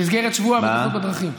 במסגרת שבוע הבטיחות בדרכים.